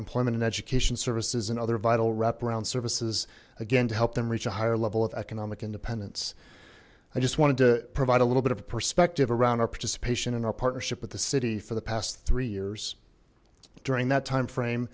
employment education services and other vital wraparound services again to help them reach a higher level of economic independence i just wanted to provide a little bit of perspective around our participation in our partnership with the city for the past three years during that time frame